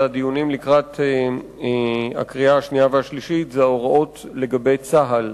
בדיונים לקראת הקריאה השנייה והקריאה השלישית זה ההוראות לגבי צה"ל.